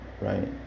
right